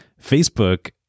Facebook